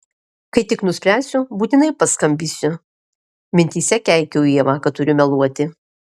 kai tik nuspręsiu būtinai paskambinsiu mintyse keikiau ievą kad turiu meluoti